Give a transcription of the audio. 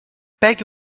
pegue